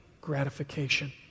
gratification